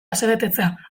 asebetetzea